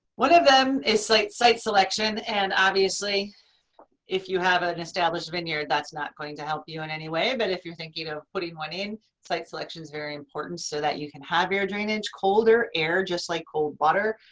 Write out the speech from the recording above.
one of them is site site selection and obviously if you have an established vineyard that's not going to help you in anyway. but if you're thinking of you know putting one in site selection is very important so that you can have your drainage. colder air air just like cold water,